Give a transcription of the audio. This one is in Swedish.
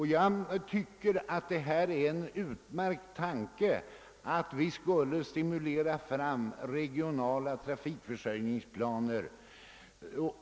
Enligt min mening är det en utmärkt tanke att stimulera fram regionala trafikförsörjningsplaner.